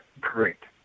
correct